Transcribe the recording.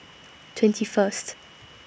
twenty First